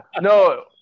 no